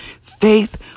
Faith